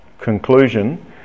conclusion